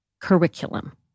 curriculum